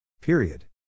Period